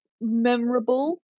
memorable